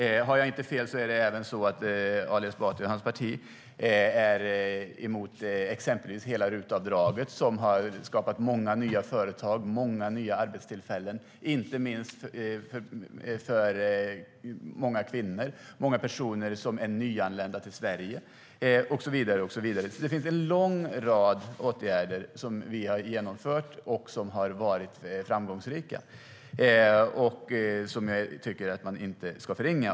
Det finns en lång åtgärder som vi har vidtagit, som har varit framgångsrika och som jag tycker att man inte ska förringa.